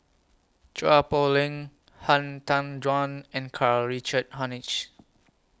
Chua Poh Leng Han Tan Juan and Karl Richard Hanitsch